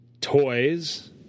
Toys